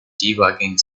debugging